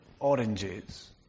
Oranges